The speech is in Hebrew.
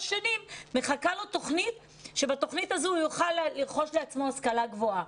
שנים מחכה לו תוכנית שבה הוא יוכל לרכוש לעצמו השכלה גבוהה.